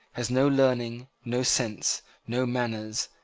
has no learning, no sense, no manners,